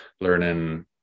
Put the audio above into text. learning